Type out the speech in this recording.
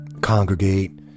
congregate